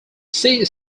see